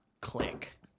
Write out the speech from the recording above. Click